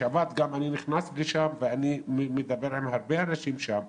בשבת אני נכנס לשם ומדבר עם הרבה אנשים שם.